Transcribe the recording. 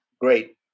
Great